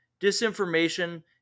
disinformation